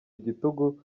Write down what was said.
igitugu